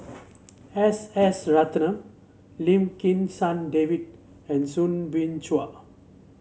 S S Ratnam Lim Kim San David and Soo Bin Chua